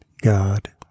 God